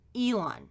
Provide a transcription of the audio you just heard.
Elon